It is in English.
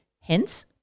hence